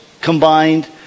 combined